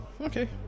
okay